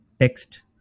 text